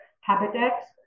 habitats